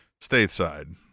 stateside